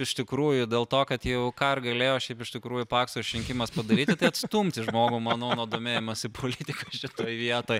iš tikrųjų dėl to kad jau ką ir galėjo šiaip iš tikrųjų pakso išrinkimas padaryti tai atstumti žmogų manau nuo domėjimosi politika šitoj vietoj